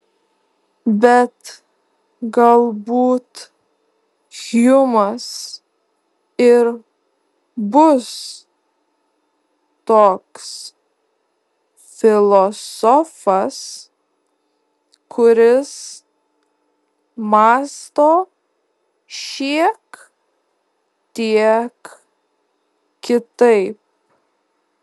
bet galbūt hjumas ir bus toks filosofas kuris mąsto šiek tiek kitaip